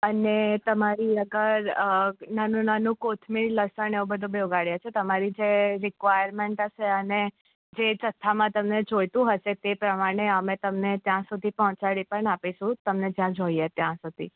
અને તમારી અગર નાનું નાનું કોથમીર લસણ એવું બધું બી ઉગાડીએ છીએ તમારી જે રિક્વાયરમેન્ટ હશે અને જે જથ્થામાં તમને જોઈતું હશે તે પ્રમાણે અમે તમને ત્યાં સુધી પહોંચાડી પણ આપીશું તમને જ્યાં જોઈએ ત્યાં સુધી